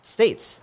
States